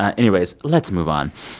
ah anyways, let's move on.